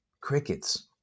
crickets